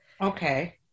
Okay